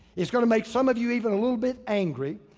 it's gonna make some of you even a little bit angry.